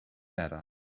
matter